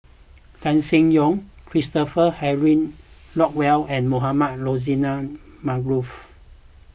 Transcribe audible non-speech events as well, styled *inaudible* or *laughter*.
*noise* Tan Seng Yong Christopher Henry Rothwell and Mohamed Rozani Maarof